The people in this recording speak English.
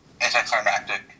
anticlimactic